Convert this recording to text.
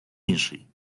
інший